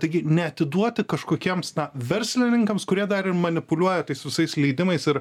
taigi neatiduoti kažkokiems na verslininkams kurie dar ir manipuliuoja tais visais leidimais ir